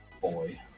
boy